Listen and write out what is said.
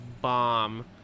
bomb